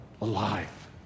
alive